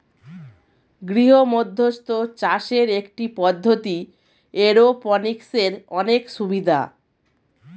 গৃহমধ্যস্থ চাষের একটি পদ্ধতি, এরওপনিক্সের অনেক সুবিধা